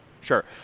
sure